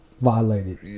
Violated